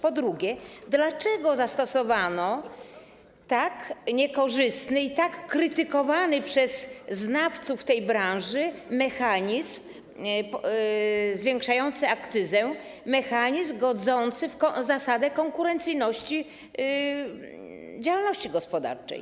Po drugie, dlaczego zastosowano tak niekorzystny i tak krytykowany przez znawców tej branży mechanizm zwiększający akcyzę, mechanizm godzący w zasadę konkurencyjności działalności gospodarczej?